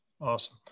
Awesome